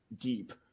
deep